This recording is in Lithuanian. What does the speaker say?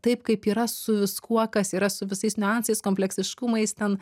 taip kaip yra su viskuo kas yra su visais niuansais kompleksiškumais ten